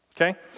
okay